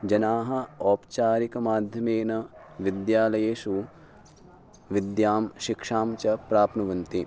जनाः ओपचारिकमाध्य्मेन विद्यालयेषु विद्यां शिक्षां च प्राप्नुवन्ति